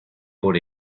por